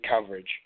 coverage